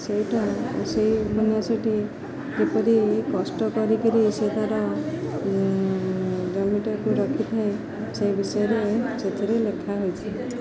ସେଇଟା ସେଇ ଉପନ୍ୟାସଟି କିପରି କଷ୍ଟ କରିକି ସେ ତା'ର ଜମିଟାକୁ ରଖିଥାଏ ସେ ବିଷୟରେ ସେଥିରେ ଲେଖା ହୋଇଛିି